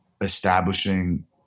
establishing